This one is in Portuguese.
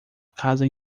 casa